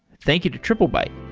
thank you to triplebyte